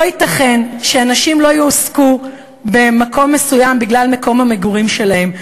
לא ייתכן שאנשים לא יועסקו במקום מסוים בגלל מקום המגורים שלהם.